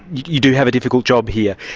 you do have a difficult job here.